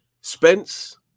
Spence